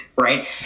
right